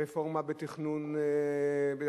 רפורמה בחוק התכנון והבנייה,